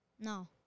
No